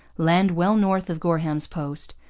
land well north of gorham's post,